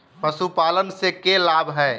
पशुपालन से के लाभ हय?